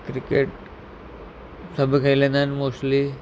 cricket सभु खेॾंदा आहिनि मोस्टली